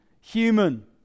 human